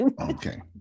Okay